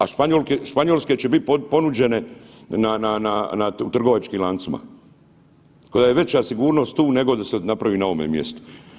A španjolske će biti ponuđene na, u trgovačkim lancima koja je veća sigurnost tu nego da se napravi na ovome mjestu.